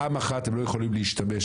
פעם אחת הם לא יכולים להשתמש,